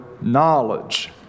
knowledge